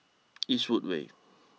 Eastwood way